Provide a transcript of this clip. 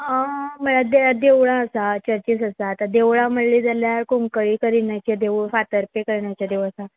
म्हळ्या देवळां आसा चर्चीस आसा आतां देवळां म्हणली जाल्यार कुंकळी करिणाचें देवूळ फातरपे करिणाचें देवूळ आसा